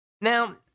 Now